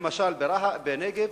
למשל בנגב